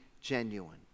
genuine